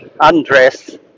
undress